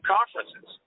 Conferences